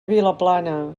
vilaplana